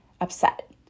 upset